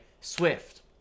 swift